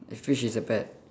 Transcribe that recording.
as fish is a pet